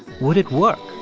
would it work?